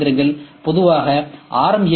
C இயந்திரங்கள் பொதுவாக R